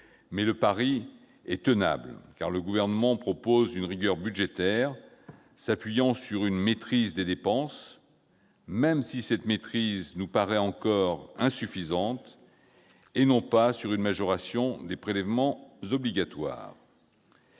mais le pari est tenable, car le Gouvernement propose une rigueur budgétaire s'appuyant sur une maîtrise des dépenses- certes, celle-ci nous paraît encore insuffisante -et non sur une majoration des prélèvements obligatoires.